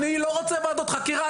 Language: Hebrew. אני לא רוצה ועדות חקירה.